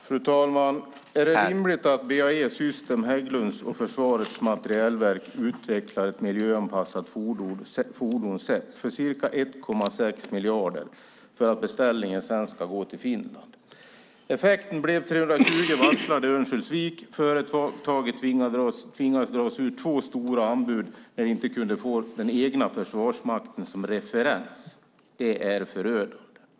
Herr talman! Är det rimligt att BAE Systems, Hägglunds och Försvarets materielverk utvecklar ett miljöanpassat fordonset för ca 1,6 miljarder för att beställningen sedan ska gå till Finland? Effekten blev 320 varslade i Örnsköldsvik. Företaget tvingades dra sig ur två stora anbud när de inte kunde få den egna försvarsmakten som referens.